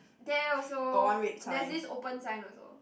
there also there's this open sign also